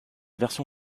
version